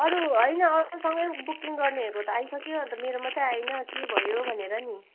अरू होइन अरूसँगै बुकिङ गर्नेहरूको त आइसक्यो अन्त मेरो मात्रै आएन के भयो भनेर नि